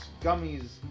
gummies